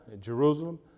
Jerusalem